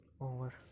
over